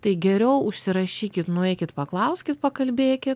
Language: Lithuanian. tai geriau užsirašykit nueikit paklauskit pakalbėkit